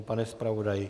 Pane zpravodaji?